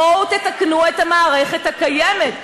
בואו תתקנו את המערכת הקיימת.